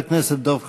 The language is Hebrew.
חבר הכנסת דב חנין,